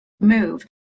move